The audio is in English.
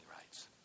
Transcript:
rights